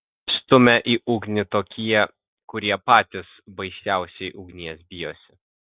stumia į ugnį tokie kurie patys baisiausiai ugnies bijosi